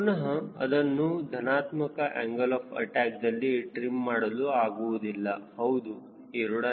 ಪುನಹ ಅದನ್ನು ಧನಾತ್ಮಕ ಆಂಗಲ್ ಆಫ್ ಅಟ್ಯಾಕ್ದಲ್ಲಿ ಟ್ರಿಮ್ ಮಾಡಲು ಆಗುವುದಿಲ್ಲ ಹೌದು a